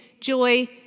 joy